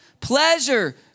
Pleasure